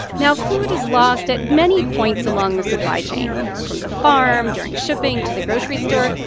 now, food is lost at many points along the supply chain from the farm, during shipping, to the grocery store.